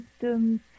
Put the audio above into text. systems